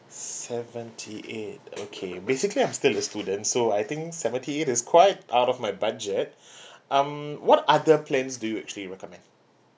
seventy eight okay basically I'm still a student so I think seventy eight is quite out of my budget um what are the plans do you actually recommend